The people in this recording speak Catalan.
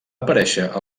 aparèixer